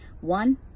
One